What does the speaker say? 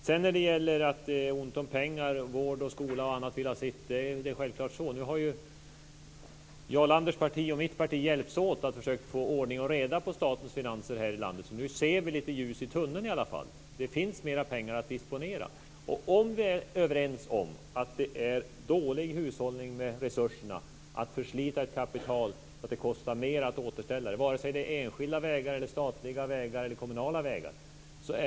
Det är självklart så att det är ont om pengar. Vård, skola och annat vill ha sitt. Nu har ju Jarl Landers parti och mitt parti hjälpts åt för att försöka få ordning och reda på statens finanser här i landet. Nu ser vi i alla fall lite ljus i tunneln. Det finns mera pengar att disponera. Vi kan kanske vara överens om att det är dålig hushållning med resurserna att förslita ett kapital så att det kostar mer att återställa det, vare sig det är enskilda vägar, statliga vägar eller kommunala vägar.